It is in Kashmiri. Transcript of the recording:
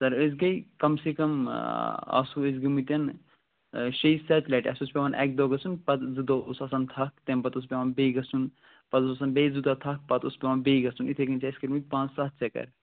سر أسۍ گٔے کم سے کم آسو أسۍ گٔمٕتۍ شیٚیہِ سَتہِ لٹہِ اَسہِ اوس پٮ۪وان اَکہِ دۄہ گَژھُن پتہٕ زٕ دۄہ اوس آسان تھَکھ تَمہِ پتہٕ اوس پٮ۪وان بیٚیہِ گَژھُن پتہٕ اوس آسان بیٚیہِ زٕ دۄہ تھکھ پتہٕ اوس پٮ۪وان بیٚیہِ گَژھُن یِتھَے کٔنۍ چھِ اَسہِ کٔرۍمِتۍ پانٛژھ سَتھ چکر